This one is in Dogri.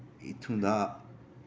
इत्थों दा